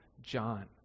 John